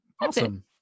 Awesome